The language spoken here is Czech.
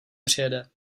přijede